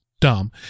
dumb